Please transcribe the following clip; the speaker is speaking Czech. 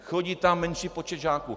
Chodí tam menší počet žáků.